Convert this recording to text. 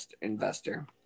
investor